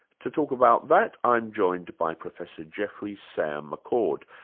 to talk about that, i'm joined by professor geoffrey sayre-mccord,